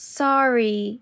sorry